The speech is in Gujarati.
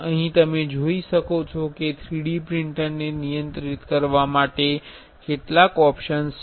અહીં તમે જોઈ શકો છો કે 3D પ્રિંટરને નિયંત્રિત કરવા માટે કેટલાક ઓપ્શન્સ છે